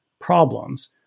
problems